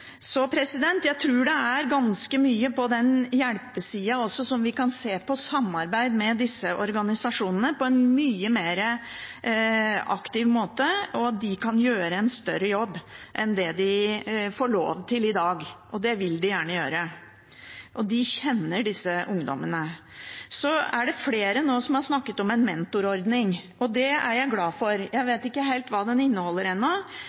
Jeg tror det er ganske mye på hjelpesiden som vi kan se på, samarbeide med disse organisasjonene på en mye mer aktiv måte. De kan gjøre en større jobb enn det de får lov til i dag, og det vil de gjerne gjøre. Og de kjenner disse ungdommene. Så er det flere nå som har snakket om en mentorordning, og det er jeg glad for. Jeg vet ikke helt hva den inneholder ennå,